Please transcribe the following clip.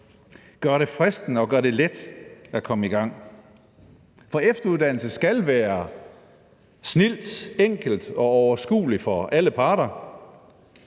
gøre det fristende og gøre det let at komme i gang. For at efteruddanne sig skal være snildt, enkelt og overskueligt for alle parter,